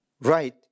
right